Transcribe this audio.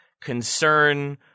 concern